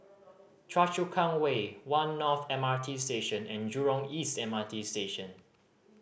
Choa Chu Kang Way One North M R T Station and Jurong East M R T Station